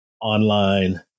online